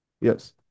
Yes